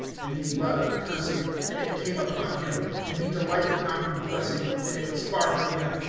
and he loved cur sing, and it came upon him and he delighted not in blessing, and it was far from him,